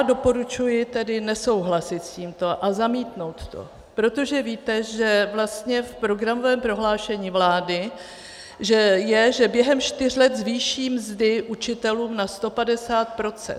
Doporučuji tedy nesouhlasit s tímto a zamítnout to, protože víte, že vlastně v programovém prohlášení vlády je, že během čtyř let zvýší mzdy učitelům na 150 %.